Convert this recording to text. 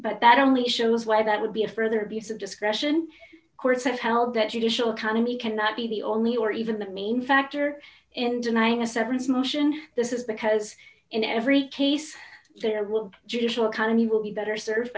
but that only shows like that would be a further abuse of discretion courts have held that judicial committee cannot be the only or even the main factor in denying a severance motion this is because in every case there will judicial economy will be better served